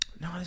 No